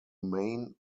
main